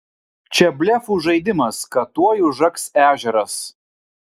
čia blefų žaidimas kad tuoj užaks ežeras